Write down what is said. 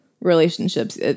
relationships